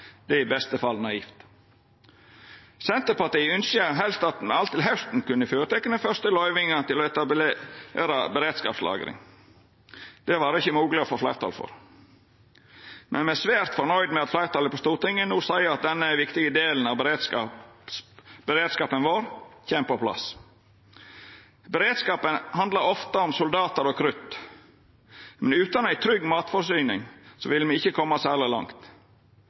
Det er i beste fall naivt. Senterpartiet ynskjer helst at me alt til hausten kunna føreta den første løyvinga til å etablera beredskapslagring. Det var det ikkje mogleg å få fleirtal for, men me er svært fornøgde me at fleirtalet på Stortinget no seier at denne viktige delen av beredskapen vår kjem på plass. Beredskapen handlar ofte om soldatar og krutt, men utan ei trygg matforsyning ville me ikkje koma særleg langt.